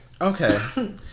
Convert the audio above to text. Okay